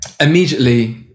immediately